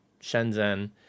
Shenzhen